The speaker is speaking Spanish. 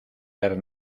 ver